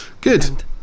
Good